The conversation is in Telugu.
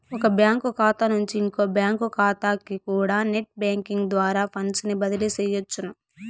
ఒక బ్యాంకు కాతా నుంచి ఇంకో బ్యాంకు కాతాకికూడా నెట్ బ్యేంకింగ్ ద్వారా ఫండ్సుని బదిలీ సెయ్యొచ్చును